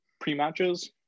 pre-matches